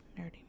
nerdy